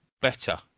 better